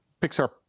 Pixar